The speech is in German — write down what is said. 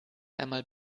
einmal